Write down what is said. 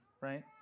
right